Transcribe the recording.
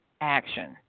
action